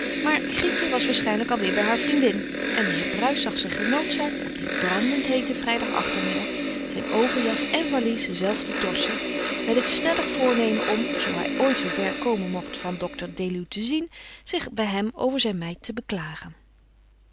maar grietje was waarschijnlijk alweer bij haar vriendin en de heer bruis zag zich genoodzaakt op dien brandendheeten vrijdagachtermiddag zijn overjas en valies zelf te torsen met het stellig voornemen om zoo hij ooit zoo ver komen mocht van dr deluw te zien zich bij hem over zijn meid te beklagen